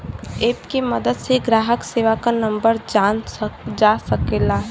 app के मदद से ग्राहक सेवा क नंबर जानल जा सकला